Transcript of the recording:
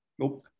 Nope